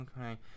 okay